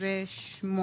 58